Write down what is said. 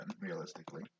realistically